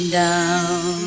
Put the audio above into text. down